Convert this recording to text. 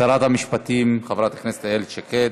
שרת המשפטים חברת הכנסת איילת שקד.